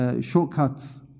Shortcuts